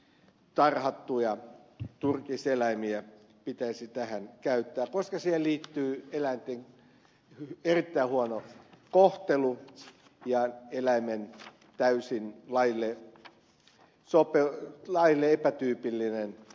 tarhattuja turkiseläimiä ei siis pitäisi tähän käyttää koska siihen liittyy eläinten erittäin huono kohtelu ja eläimen täysin lajille epätyypillinen ympäristö